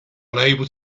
unable